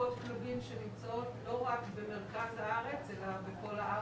להקות כלבים שנמצאות לא רק במרכז הארץ אלא בכל הארץ.